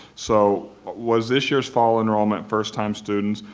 so was this year's fall enrollment first-time students?